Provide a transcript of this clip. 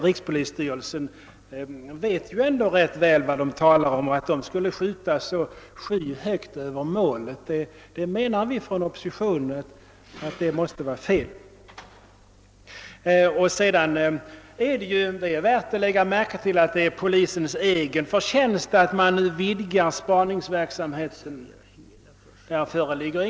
Rikspolisstyrelsen vet ju ändå rätt väl vad den talar om. Att den skulle skjuta så skyhögt över målet, anser vi inom oppositionen måste vara fel. Det är värt att lägga märke till att det är polisens egen förtjänst att den nu vidgar spaningsverksamheten.